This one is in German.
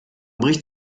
bricht